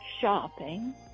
shopping